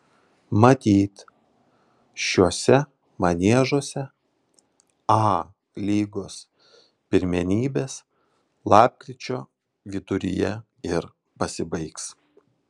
matyt šiuose maniežuose a lygos pirmenybės lapkričio viduryje ir pasibaigs